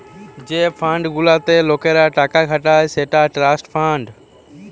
যে ফান্ড গুলাতে লোকরা টাকা খাটায় সেটা ট্রাস্ট ফান্ড